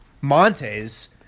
Monte's